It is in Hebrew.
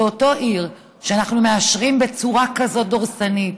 באותה עיר שאנחנו מאשרים בה בצורה כזאת דורסנית?